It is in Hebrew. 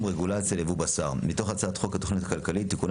רגולציה לייבוא בשר) מתוך הצעת חוק התכנית הכלכלית (תיקוני